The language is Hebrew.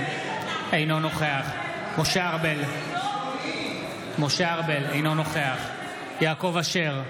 אינו נוכח משה ארבל, אינו נוכח יעקב אשר,